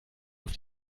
auf